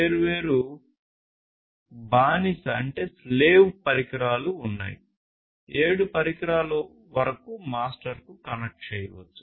వేర్వేరు బానిస పరికరాలు ఉన్నాయి 7 పరికరాల వరకు మాస్టర్కు కనెక్ట్ చేయవచ్చు